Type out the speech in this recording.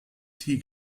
die